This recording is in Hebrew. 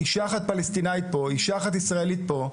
אישה פלסטינית בחברון ואישה ישראלית בישראל.